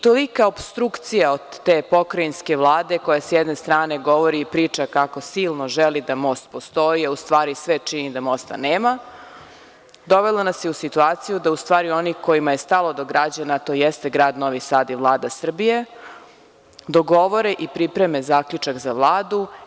Tolika opstrukcija od te Pokrajinske vlade koja, sa jedne strane, govori i priča kako silno želi da most postoji, a u stvari sve čini da mosta nema, dovela nas je u situaciji da onima kojima je stalo do građana, a to jesu grad Novi Sad i Vlada Srbije, dogovore i pripreme zaključak za Vladu.